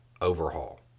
overhaul